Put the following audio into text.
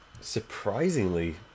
surprisingly